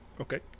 Okay